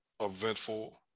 eventful